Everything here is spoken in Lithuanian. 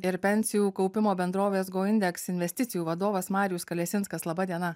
ir pensijų kaupimo bendrovės go indeks investicijų vadovas marijus kalesinskas laba diena